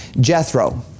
Jethro